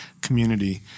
community